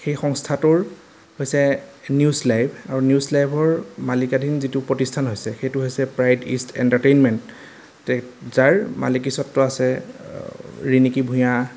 সেই সংস্থাটোৰ হৈছে নিউজ লাইভ আৰু নিউজ লাইভৰ মালিকাধীন যিটো প্ৰতিষ্ঠান হৈছে সেইটো হৈছে প্ৰাইড ইষ্ট এণ্টাৰটেইনমেণ্ট যাৰ মালিকীস্বত্ব আছে ঋণিকি ভূঞা